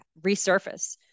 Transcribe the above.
resurface